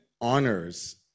honors